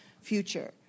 future